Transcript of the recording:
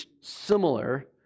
similar